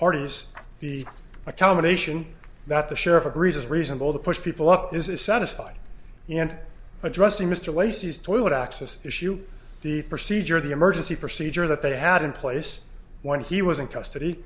partners the accommodation that the sheriff agrees is reasonable to push people up is satisfied and addressing mr lacey's toilet access issue the procedure the emergency procedure that they had in place when he was in custody